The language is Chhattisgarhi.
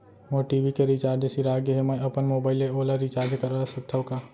मोर टी.वी के रिचार्ज सिरा गे हे, मैं अपन मोबाइल ले ओला रिचार्ज करा सकथव का?